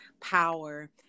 power